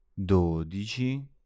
dodici